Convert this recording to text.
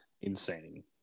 Insane